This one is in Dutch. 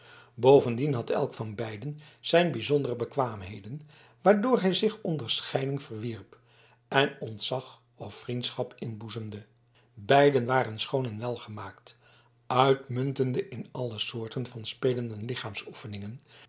bovendien had elk van beiden zijn bijzondere bekwaamheden waardoor hij zich onderscheiding verwierf en ontzag of vriendschap inboezemde beiden waren schoon en welgemaakt uitmuntende in alle soorten van spelen